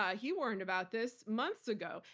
ah he warned about this months ago.